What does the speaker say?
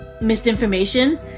misinformation